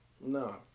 No